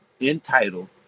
entitled